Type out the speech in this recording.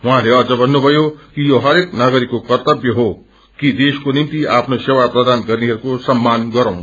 उहाँले अझ भन्नुथयो कि यो हरेक नागरिकको कर्तव्य हो कि देशको निम्ति आफ्नो सेवा प्रदान गर्नेहरूको सम्मान गरौं